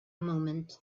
moment